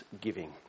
giving